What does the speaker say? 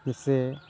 ᱦᱮᱥᱮ